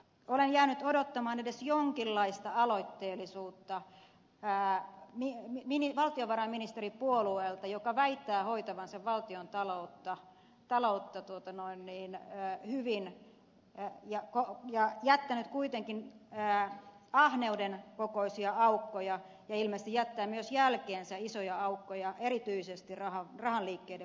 olen jäänyt odottamaan edes jonkinlaista aloitteellisuutta valtiovarainministeripuolueelta joka väittää hoitavansa valtiontaloutta hyvin ja on jättänyt kuitenkin ahneuden kokoisia aukkoja ja ilmeisesti jättää myös jälkeensä isoja aukkoja erityisesti rahan liikkeiden valvonnan suhteen